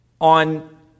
on